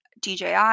DJI